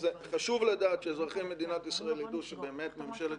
חשוב לדעת ושאזרחי מדינת ישראל ידעו שממשלת